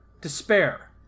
despair